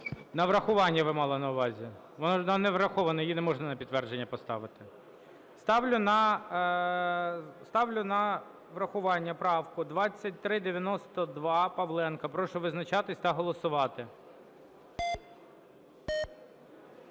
На врахування, ви мали на увазі. Вона не врахована, її не можна на підтвердження поставити. Ставлю на врахування правку 2392 Павленка. Прошу визначатись та голосувати.